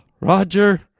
Roger